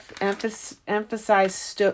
emphasize